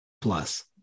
Plus